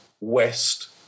West